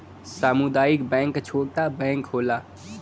सामुदायिक बैंक छोटा छोटा बैंक होला